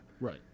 Right